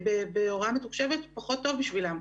בהוראה מתוקשבת פחות טוב בשבילם,